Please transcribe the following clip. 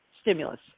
stimulus